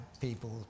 people